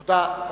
תודה.